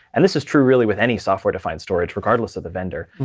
and this is true really with any software defined storage regardless of the vendor,